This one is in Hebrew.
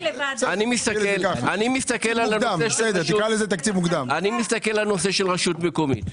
אני מסתכל על רשות מקומית.